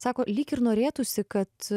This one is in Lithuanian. sako lyg ir norėtųsi kad